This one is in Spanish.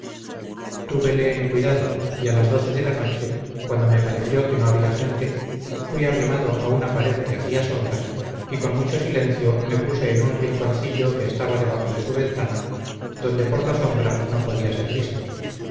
tuvele en cuidado y a las doce de la noche cuando me pareció que no había gente fuí arrimado a una pared que hacia sombra y con mucho silencio me puse en un rinconcillo que estaba debajo de su ventana donde por la sombra no podía ser visto